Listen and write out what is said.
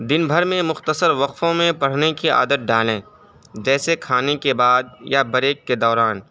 دن بھر میں مختصر وقفوں میں پڑھنے کی عادت ڈالیں جیسے کھانے کے بعد یا بریک کے دوران